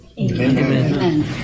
Amen